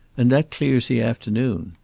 and that clears the afternoon.